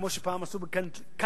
כמו שפעם אמרו כלנתריזם,